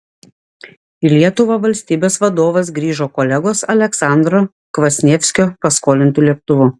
į lietuvą valstybės vadovas grįžo kolegos aleksandro kvasnievskio paskolintu lėktuvu